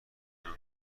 تونم